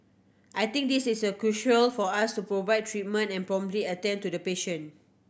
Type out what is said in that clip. I think this is crucial for us to provide treatment and promptly attend to the patient